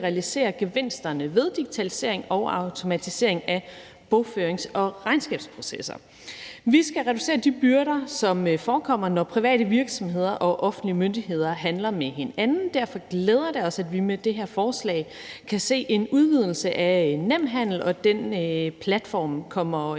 realisere gevinsterne ved digitalisering og automatisering af bogførings- og regnskabsprocesser. Vi skal reducere de byrder, som forekommer, når private virksomheder og offentlige myndigheder handler med hinanden. Derfor glæder det os, at vi med det her forslag kan se en udvidelse af Nemhandel, og at den platform fortsat